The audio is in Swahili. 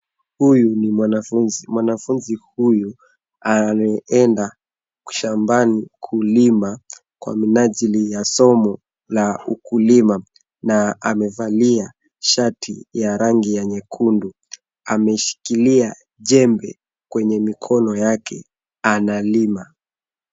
Huyu ni mwanafunzi. Mwanafunzi huyu ameenda shambani kulima kwa minajili ya somo la ukulima , na amevalia shati ya rangi ya nyekundu. Ameshikilia jembe kwenye mikono yake, analima.